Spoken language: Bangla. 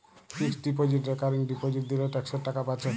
ফিক্সড ডিপজিট রেকারিং ডিপজিট দিলে ট্যাক্সের টাকা বাঁচে